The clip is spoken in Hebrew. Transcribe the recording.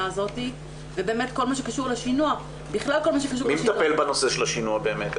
הזאת ובאמת כל מה שקשור לשינוע --- מי מטפל בנושא של השינוע באמת?